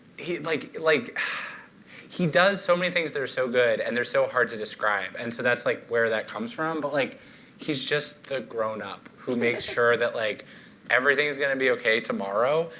he like like he does so many things that are so good, and they're so hard to describe. and so that's like where that comes from. but like he's just a grown-up who makes sure that like everything is going to be ok tomorrow,